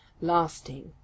lasting